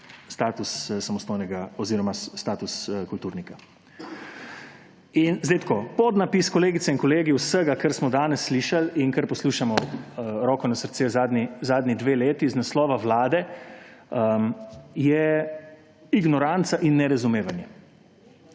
status samostojnega oziroma status kulturnika! In zdaj tako: podnapis, kolegice in kolegi, vsega, kar smo danes slišali in kaj poslušamo, roko na srce, zadnji dve leti z naslova vlade, je ignoranca in nerazumevanje.